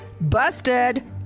Busted